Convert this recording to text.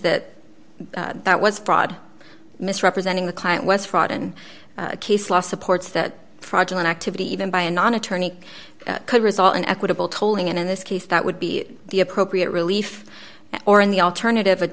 that that was fraud misrepresenting the client was fraud and case law supports that project an activity even by a non attorney could result in equitable tolling and in this case that would be the appropriate relief or in the alternative